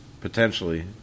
potentially